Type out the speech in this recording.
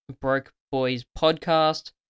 broke.boys.podcast